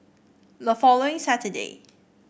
the following Saturday